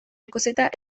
ikusita